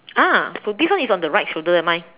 ah so this one is on the right shoulder eh mine